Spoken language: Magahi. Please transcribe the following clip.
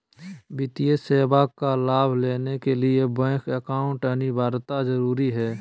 वित्तीय सेवा का लाभ लेने के लिए बैंक अकाउंट अनिवार्यता जरूरी है?